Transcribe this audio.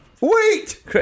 Wait